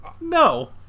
No